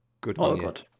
good